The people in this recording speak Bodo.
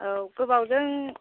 औ गोबावजों